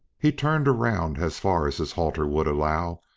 he turned round as far as his halter would allow,